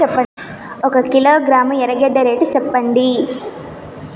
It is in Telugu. ఒక కిలోగ్రాము ఎర్రగడ్డ రేటు సెప్పండి?